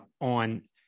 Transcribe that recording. on